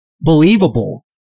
believable